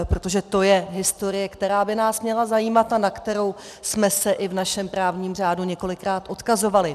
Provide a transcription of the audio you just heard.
Protože to je historie, která by nás měla zajímat a na kterou jsme se i v našem právním řádu několikrát odkazovali.